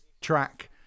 track